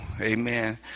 Amen